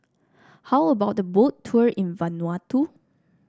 how about a Boat Tour in Vanuatu